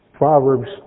Proverbs